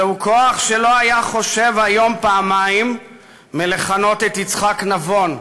זהו כוח שלא היה חושב היום פעמיים ומכנה את יצחק נבון,